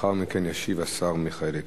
לאחר מכן ישיב השר מיכאל איתן.